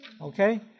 Okay